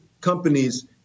companies